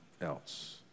else